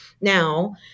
Now